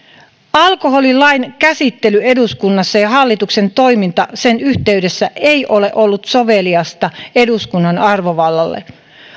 alkoholilain käsittely eduskunnassa ja ja hallituksen toiminta sen yhteydessä ei ole ollut soveliasta eduskunnan arvovallalle